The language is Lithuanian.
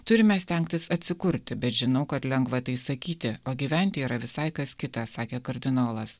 turime stengtis atsikurti bet žinau kad lengva tai sakyti o gyventi yra visai kas kita sakė kardinolas